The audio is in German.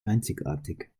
einzigartig